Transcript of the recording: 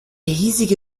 hiesige